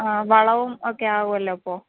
ആ വളവും ഒക്കെ ആകുമല്ലൊ അപ്പോൾ